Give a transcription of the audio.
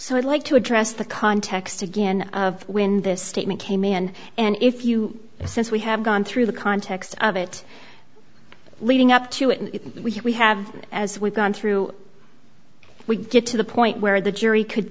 so i'd like to address the context again of when this statement came in and if you know since we have gone through the context of it leading up to it and we have as we've gone through we get to the point where the jury could